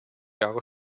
jahre